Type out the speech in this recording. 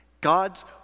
God's